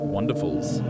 Wonderfuls